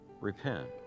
repent